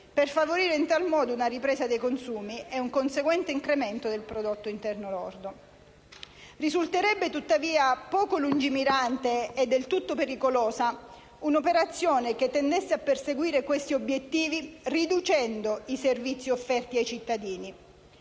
per favorire in tal modo una ripresa dei consumi e un conseguente incremento del prodotto interno lordo. Risulterebbe, tuttavia, poco lungimirante e del tutto pericolosa un'operazione che tendesse a perseguire questi obiettivi riducendo i servizi offerti ai cittadini: